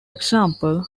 example